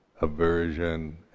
Aversion